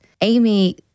Amy